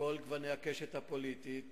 כולכם, מכל גוני הקשת הפוליטית: